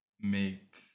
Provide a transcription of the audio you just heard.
make